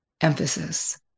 emphasis